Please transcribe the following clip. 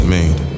made